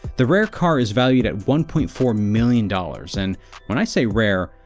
the rare car is valued at one point four million dollars, and when i say rare,